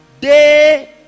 day